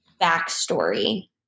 backstory